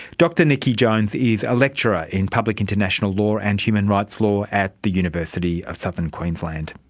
dr nikki jones is a lecturer in public international law and human rights law at the university of southern queensland.